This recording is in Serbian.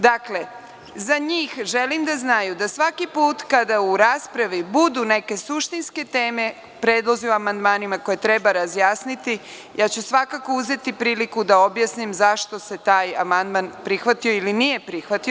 Dakle, za njih, želim da znaju da svaki put kada u raspravi budu neke suštinske teme, predlozi o amandmanima koje treba razjasniti, ja ću svakako uzeti priliku da objasnim zašto se taj amandman prihvatio ili nije prihvatio.